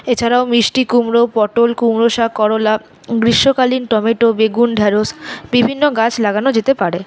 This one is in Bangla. এছাড়াও মিষ্টি কুমড়ো পটল কুমড়ো শাক করলা গ্রীষ্মকালীন টমেটো বেগুন ঢ্যাঁড়শ বিভিন্ন গাছ লাগানো যেতে পারে